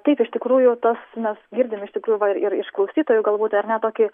taip iš tikrųjų tas mes girdim iš tikrųjų va ir ir iš klausytojų galbūt ar ne tokį